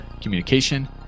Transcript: communication